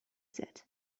said